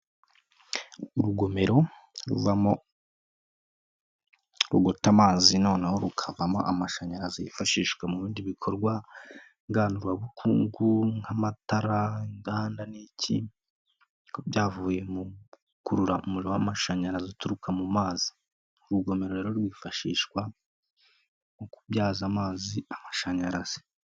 Urugomero ruvamo, rugota amazi, noneho rukavamo amashanyarazi yifashishwa mu bindi bikorwa ngandurabukungu, nk'amatara, inganda ku byavuye mu gukurura umuriro w'amashanyarazi uturuka mu mazi, urugomero rero rwifashishwa mu kubyaza amazi, n'amashanyarazi.